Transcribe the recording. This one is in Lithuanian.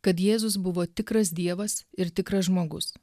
kad jėzus buvo tikras dievas ir tikras žmogus